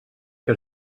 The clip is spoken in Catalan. que